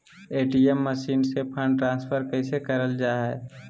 ATM machine से fund transfer कैसे करल जा है?